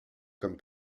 comme